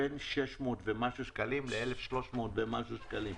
הם גובים בין 600 ומשהו שקלים ל-1,300 ומשהו שקלים.